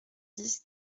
dix